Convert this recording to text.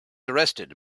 arrested